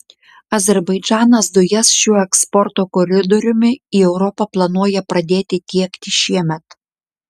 azerbaidžanas dujas šiuo eksporto koridoriumi į europą planuoja pradėti tiekti šiemet